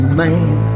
man